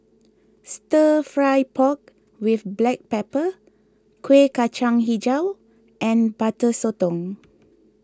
Stir Fry Pork with Black Pepper Kueh Kacang HiJau and Butter Sotong